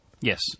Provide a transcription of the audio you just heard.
Yes